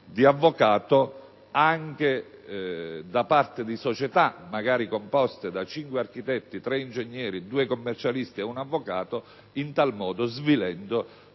di avvocato anche da parte di società magari composte da cinque architetti, tre ingegneri, due commercialisti e un avvocato, in tal modo svilendo